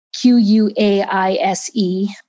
Q-U-A-I-S-E